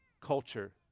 culture